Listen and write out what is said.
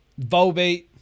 Volbeat